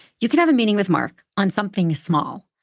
you could have a meeting with mark on something small.